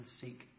seek